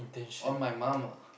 on my mum